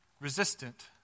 resistant